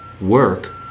work